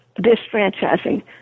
disfranchising